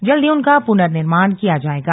जल्द ही उनका पुनर्निर्माण किया जायेगा